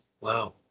wow